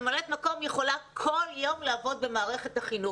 ממלאת מקום יכולה כל יום לעבוד במערכת החינוך.